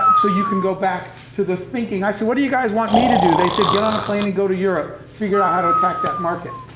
so you can go back to the thinking. i said, what do you guys want me to do? they said get on a plane and go to europe. figure out how to attack that market.